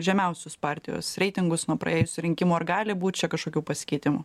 žemiausius partijos reitingus nuo praėjusių rinkimų ar gali būt čia kažkokių pasikeitimų